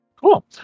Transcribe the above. Cool